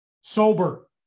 Sober